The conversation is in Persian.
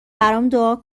دعا